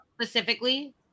specifically